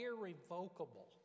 irrevocable